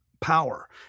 power